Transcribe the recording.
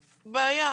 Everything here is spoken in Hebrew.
מבזה.